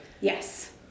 Yes